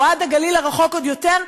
או עד הגליל הרחוק עוד יותר,